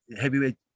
heavyweight